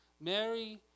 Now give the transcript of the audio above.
Mary